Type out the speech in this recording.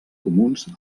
comuns